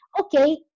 okay